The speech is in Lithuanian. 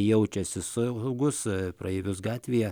jaučiasi saugus praeivius gatvėje